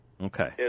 Okay